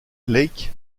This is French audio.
lake